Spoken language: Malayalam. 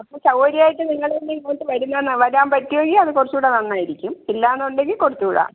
അപ്പം സൗകര്യമായിട്ട് നിങ്ങൾ തന്നെ ഇങ്ങോട്ട് വരുന്നതാ എന്നാൽ വരാൻ പറ്റുമെങ്കിൽ അത് കുറച്ചുകൂടെ നന്നായിരിക്കും ഇല്ല എന്നുണ്ടെങ്കിൽ കൊടുത്ത് വിടാം